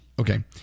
Okay